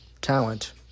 talent